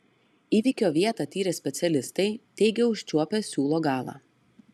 įvykio vietą tyrę specialistai teigia užčiuopę siūlo galą